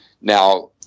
Now